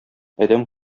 адәм